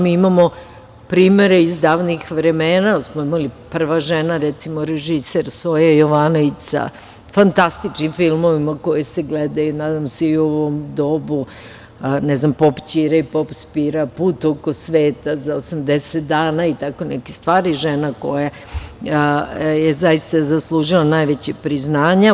Mi imamo primere iz davnih vremena, jer smo imali da je prva žena, recimo, režiser Soja Jovanović sa fantastičnim filmovima koji se gledaju nadam se i u ovom dobu, „Pop Ćira i pop Spira“, „Put oko sveta za 80 dana“ i tako neke stvari, žena koja je zaista zaslužila najveća priznanja.